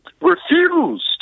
refused